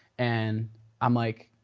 and i'm like,